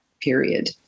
period